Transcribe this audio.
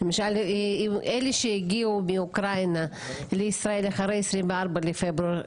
אלה שהגיעו מאוקראינה לישראל אחרי ה-24 לפברואר,